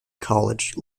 college